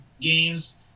games